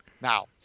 Now